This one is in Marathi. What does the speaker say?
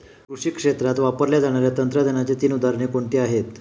कृषी क्षेत्रात वापरल्या जाणाऱ्या तंत्रज्ञानाची तीन उदाहरणे कोणती आहेत?